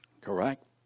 Correct